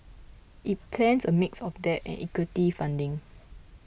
it plans a mix of debt and equity funding